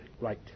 Right